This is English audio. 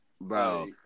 Bro